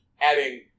adding